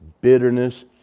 bitterness